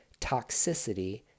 toxicity